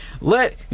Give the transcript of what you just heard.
let